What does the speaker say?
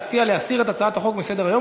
להציע להסיר את הצעת החוק מסדר-היום,